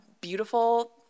beautiful